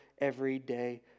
everyday